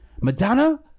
Madonna